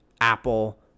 Apple